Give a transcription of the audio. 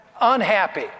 unhappy